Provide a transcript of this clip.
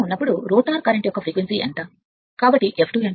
ఇప్పుడు rotor current యొక్క frequency నిలిచిపోయింది కాబట్టి f2 ఎంత